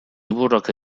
liburuak